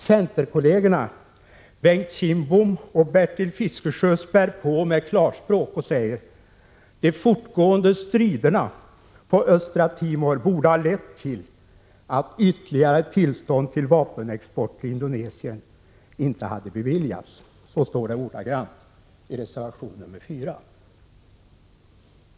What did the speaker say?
Centerkollegerna Bengt Kindbom och Bertil Fiskesjö spär på med klarspråk och säger att ”de fortgående striderna på Östra Timor borde ha lett till att ytterligare tillstånd till vapenexport till Indonesien inte hade beviljats”. Så står det ordagrant i reservation 4.